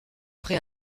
prêts